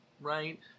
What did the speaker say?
right